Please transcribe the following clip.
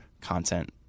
content